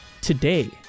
today